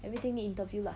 everything need interview lah